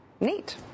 Neat